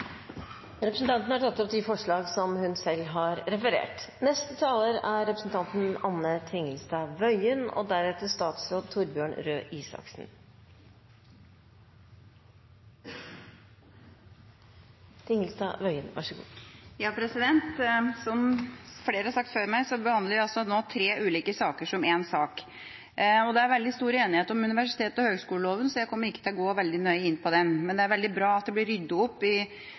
hun refererte til. Som flere har sagt før meg, behandler vi altså nå tre ulike saker som én sak. Det er veldig stor enighet om universitets- og høyskoleloven, så jeg kommer ikke til å gå veldig nøye inn på den, men det er veldig bra at det blir ryddet opp i